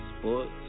sports